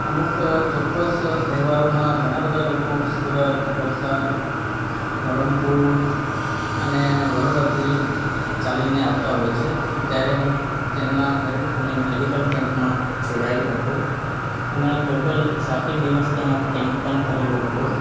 અમુક ચૉક્કસ તહેવારોમાં ઘણાં બધા લોકો સુરત વલસાડ ધરમપુર અને બરોડાથી ચાલીને આવતા હોય છે તો ત્યારે હું તેમનાં હૅલ્થ અને મૅડિકલ કેમ્પમાં જોડાયેલો હતો અને ટોટલ સાત એક દિવસ ત્યાં કૅમ્પ પણ કરેલો હતો